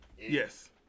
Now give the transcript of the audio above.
Yes